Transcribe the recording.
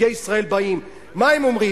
כשנציגי ישראל באים, מה הם אומרים?